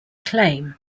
claim